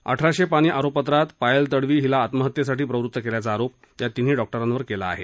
अठराशे पानी आरोपपत्रात पायल तडवी हिला आत्महत्येसाठी प्रवृत्त केल्याचा आरोप या तिन्ही डॉक्टरांवर केला आहे